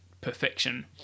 perfection